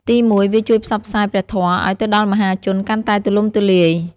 ទីមួយ វាជួយផ្សព្វផ្សាយព្រះធម៌ឱ្យទៅដល់មហាជនកាន់តែទូលំទូលាយ។